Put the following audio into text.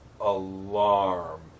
alarm